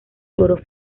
toros